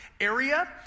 area